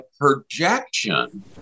projection